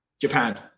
Japan